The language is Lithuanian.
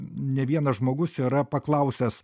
ne vienas žmogus yra paklausęs